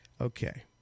Okay